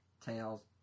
Tails